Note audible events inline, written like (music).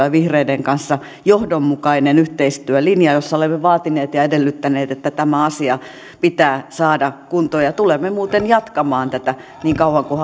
(unintelligible) ja vihreiden kanssa johdonmukainen yhteistyölinja jossa olemme vaatineet ja ja edellyttäneet että tämä asia pitää saada kuntoon ja tulemme muuten jatkamaan tätä niin kauan kuin (unintelligible)